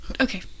okay